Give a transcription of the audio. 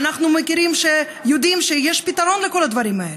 ואנחנו מכירים ויודעים שיש פתרון לכל הדברים האלה.